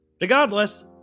Regardless